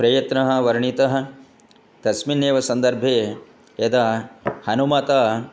प्रयत्नः वर्णितः तस्मिन्नेव सन्दर्भे यदा हनुमान्